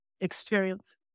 experience